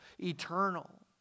eternal